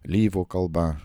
lyvių kalba